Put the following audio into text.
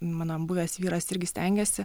mano buvęs vyras irgi stengiasi